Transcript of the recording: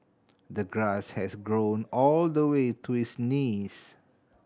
the grass had grown all the way to his knees